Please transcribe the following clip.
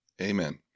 Amen